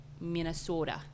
Minnesota